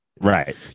Right